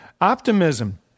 optimism